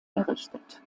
errichtet